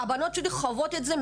הבנות שלי חוות את זה.